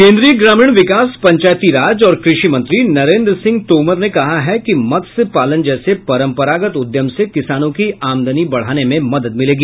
केन्द्रीय ग्रामीण विकास पंचायती राज और कृषि मंत्री नरेन्द्र सिंह तोमर ने कहा है कि मत्स्य पालन जैसे परम्परागत उद्यम से किसानों की आमदनी बढ़ाने में मदद मिलेगी